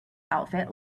outfit